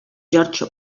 george